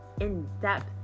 in-depth